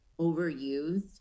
overused